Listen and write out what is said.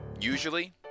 Usually